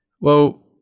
Well-